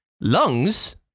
lungs